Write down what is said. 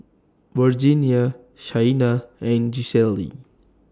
Virginia Shaina and Gisselle